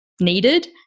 needed